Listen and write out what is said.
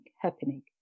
happening